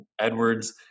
Edwards